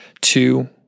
two